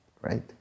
right